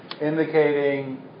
indicating